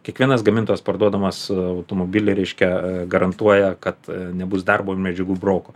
kiekvienas gamintojas parduodamas automobilį reiškia garantuoja kad nebus darbo medžiagų broko